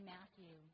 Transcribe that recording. Matthew